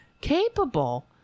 capable